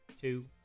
two